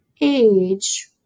age